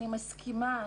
אני מסכימה.